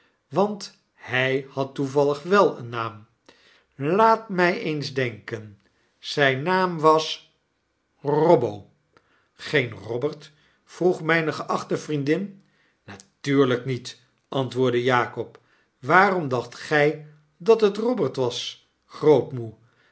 want h ij had toevallig wel een naam laat mij eens bedenken zijn naam was robbo geen robert vroeg mijne geachte vriendin b natuurlijkniet antwoorddejakob w waarom dacht gij dat het robert was grootmoe